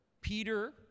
Peter